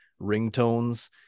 ringtones